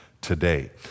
today